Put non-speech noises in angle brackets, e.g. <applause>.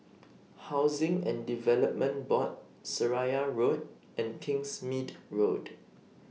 <noise> Housing and Development Board Seraya Road and Kingsmead Road